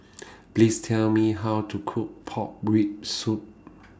Please Tell Me How to Cook Pork Rib Soup